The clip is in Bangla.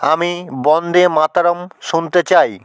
আমি বন্দে মাতরম শুনতে চাই